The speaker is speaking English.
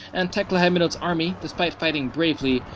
and tekle haimanot's army, despite fighting bravely,